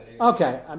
Okay